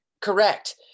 Correct